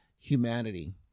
humanity